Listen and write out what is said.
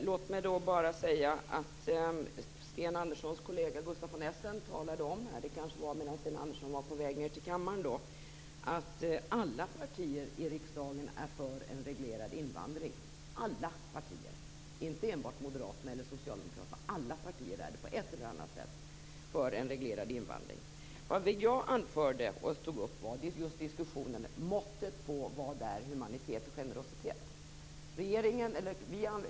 Låt mig då bara säga att Sten Anderssons kollega Gustaf von Essen talade om - men det kanske var medan Sten Andersson var på väg till kammaren - att alla partier i riksdagen är för en reglerad invandring, och det gäller alla partier, inte enbart moderaterna eller socialdemokraterna. Vad jag tog upp var diskussionen om måttet på vad humanitet och generositet är.